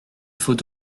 faut